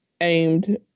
aimed